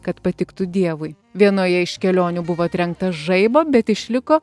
kad patiktų dievui vienoje iš kelionių buvo trenktas žaibo bet išliko